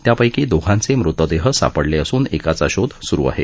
त्यापैकी दोघांचे मृतदेह सापडले असून एकाचा शोध सूरू आहे